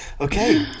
okay